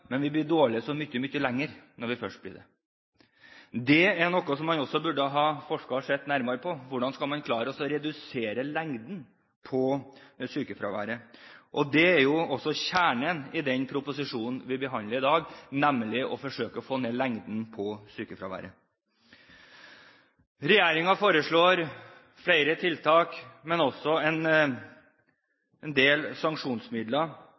men vi er dårlige så mye lenger når vi først blir det. Noe som man også burde ha forsket og sett nærmere på, er hvordan man skal klare å redusere lengden på sykefraværet. Det er jo kjernen i den proposisjonen vi behandler i dag, nemlig å forsøke å få ned lengden på sykefraværet. Regjeringen foreslår flere tiltak, men også en del sanksjonsmidler.